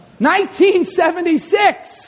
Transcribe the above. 1976